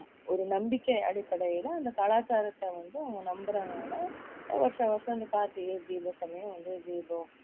ஒரு நம்பிக்கை அடிப்படையில் அந்த கலாச்சாரத்தை வந்து அவங்க நம்புகிறதனால வருஷம் வருஷம் அந்த கார்த்திகை தீப சமயம் வந்து தீபம்